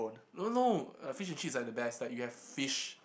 no no uh fish and chips is like the best like you have fish